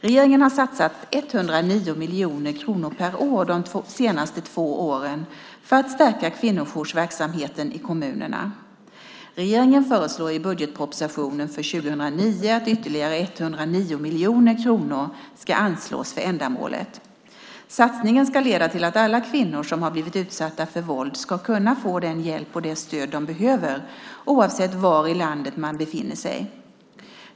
Regeringen har satsat 109 miljoner kronor per år under de senaste två åren för att stärka kvinnojoursverksamheten i kommunerna. Regeringen föreslår i budgetpropositionen för år 2009 att ytterligare 109 miljoner kronor anslås för ändamålet. Satsningen ska leda till att alla kvinnor som har blivit utsatta för våld ska kunna få den hjälp och det stöd de behöver, oavsett var i landet man befinner sig.